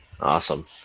Awesome